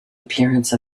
appearance